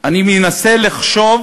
אני מנסה לחשוב